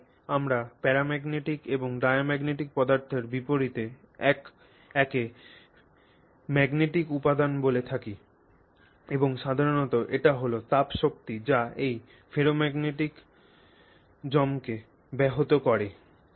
আর তাই আমরা প্যারাম্যাগনেটিক এবং ডায়াম্যাগনেটিক পদার্থের বিপরীতে একে ম্যাগনেটিক উপাদান বলে থাকি এবং সাধারণত এটি হল তাপ শক্তি যা এই ফেরোম্যাগনেটিজমকে ব্যাহত করে